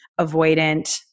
avoidant